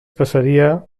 passaria